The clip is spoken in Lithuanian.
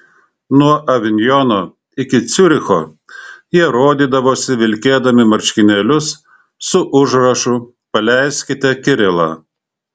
nuo avinjono iki ciuricho jie rodydavosi vilkėdami marškinėlius su užrašu paleiskite kirilą